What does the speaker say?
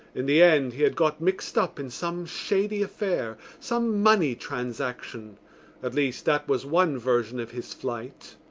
in the end he had got mixed up in some shady affair, some money transaction at least, that was one version of his flight.